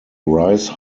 rice